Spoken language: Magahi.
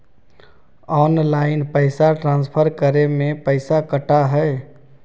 ऑनलाइन पैसा ट्रांसफर करे में पैसा कटा है?